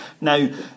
Now